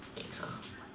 next